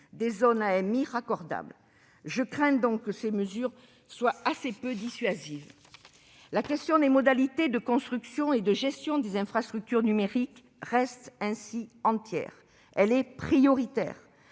d'investissement). Je crains donc que ces mesures ne soient assez peu dissuasives. La question des modalités de construction et de gestion des infrastructures numériques reste entière. Elle est prioritaire.